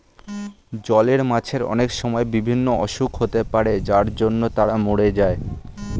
জলের মাছের অনেক সময় বিভিন্ন অসুখ হতে পারে যার জন্য তারা মোরে যায়